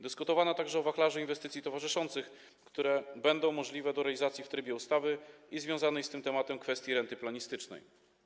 Dyskutowano także o wachlarzu inwestycji towarzyszących, które będą możliwe do realizacji w trybie ustawy, i związanej z tym tematem kwestii renty planistycznej.